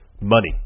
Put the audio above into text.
Money